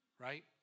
right